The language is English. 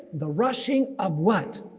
the rushing of what?